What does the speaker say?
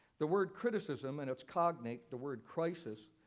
the word criticism and its cognate, the word crisis,